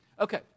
Okay